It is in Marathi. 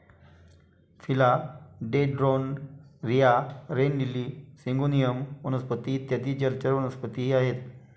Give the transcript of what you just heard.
फिला डेन्ड्रोन, रिया, रेन लिली, सिंगोनियम वनस्पती इत्यादी जलचर वनस्पतीही आहेत